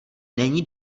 není